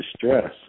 distress